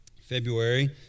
February